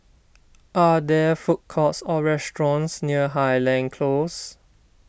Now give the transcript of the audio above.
are there food courts or restaurants near Highland Close